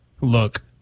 look